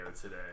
today